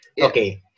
Okay